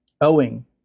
Owing